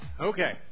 Okay